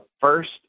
first